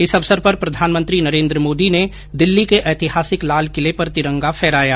इस अवसर पर प्रधानमंत्री नरेन्द्र मोदी ने दिल्ली के ऐतिहासिक लाल किले पर तिरंगा फहराया